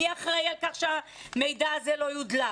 מי אחראי על כך שהמידע הזה לא יודלף?